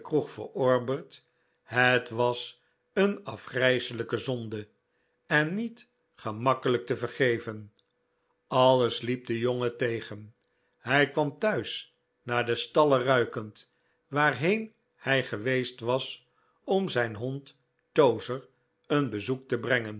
het was een afgrijselijke zonde en niet gemakkelijk te vergeven alles liep den jongen tegen hij kwam thuis naar de stallen ruikend waarheen hij geweest was om zijn hond towzer een bezoek te brengen